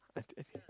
I I think